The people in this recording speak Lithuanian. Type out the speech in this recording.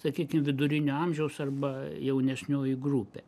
sakykim vidurinio amžiaus arba jaunesnioji grupė